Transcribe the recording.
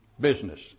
business